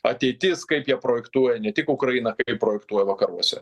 ateitis kaip jie projektuoja ne tik ukrainą kaip jie projektuoja vakaruose